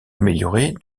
améliorée